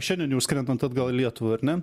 šiandien jau skrendat atgal į lietuvą ar ne